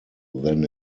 than